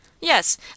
Yes